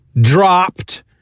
dropped